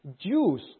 Jews